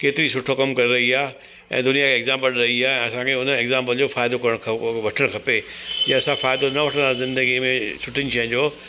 केतिरी सुठी कमु करे रही आहे ऐं दुनिया खे एग्ज़ांपल रई ऐं असांखे हुन एग्ज़ांपल जो फ़ाइदो करणु वठणु खपे जीअं असां फ़ाइदो न वठंदा सि ज़िंदगीअ में सुठियुनि शयुनि जो